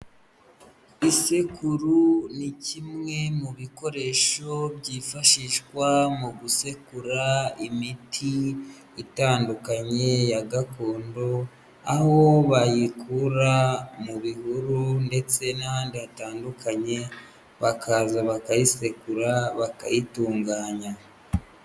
Isekuru ni kimwe mu bikoresho byifashishwa mu gusekura imiti itandukanye ya gakondo, aho bayikura mu bihuru ndetse n'ahandi hatandukanye, bakaza bakayisekura bakayitunganya.